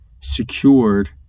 secured